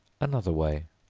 another way.